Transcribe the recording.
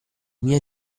miei